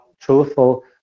truthful